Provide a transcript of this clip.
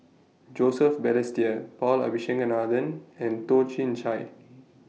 Joseph Balestier Paul Abisheganaden and Toh Chin Chye